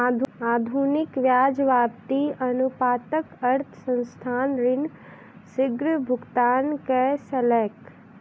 अधिक ब्याज व्याप्ति अनुपातक अर्थ संस्थान ऋण शीग्र भुगतान कय सकैछ